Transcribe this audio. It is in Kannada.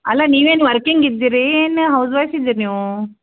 ಅಲ್ಲ ನೀವೇನು ವರ್ಕಿಂಗ್ ಇದ್ದೀರಿ ಏನು ಹೌಸ್ ವೈಫ್ ಇದ್ದೀರ ನೀವೂ